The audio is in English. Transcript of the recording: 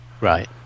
right